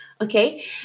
okay